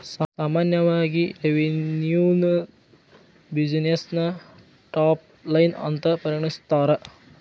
ಸಾಮಾನ್ಯವಾಗಿ ರೆವೆನ್ಯುನ ಬ್ಯುಸಿನೆಸ್ಸಿನ ಟಾಪ್ ಲೈನ್ ಅಂತ ಪರಿಗಣಿಸ್ತಾರ?